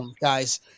guys